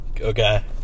Okay